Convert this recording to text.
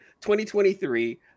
2023